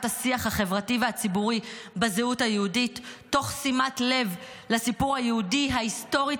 השיח החברתי והציבורי בזהות היהודית תוך שימת לב לסיפור היהודי ההיסטורי,